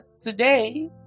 Today